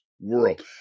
world